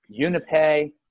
UniPay